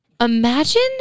Imagine